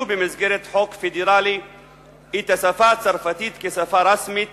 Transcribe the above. במסגרת חוק פדרלי את השפה הצרפתית כשפה רשמית